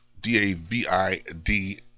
D-A-V-I-D